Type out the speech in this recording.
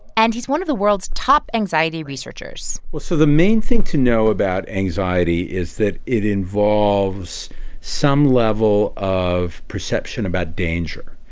and he's one of the world's top anxiety researchers well, so the main thing to know about anxiety is that it involves some level of perception about danger.